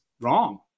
wrong